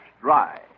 dry